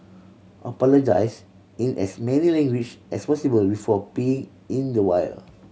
apologise in as many language as possible before peeing in the wild